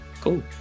cool